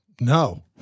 No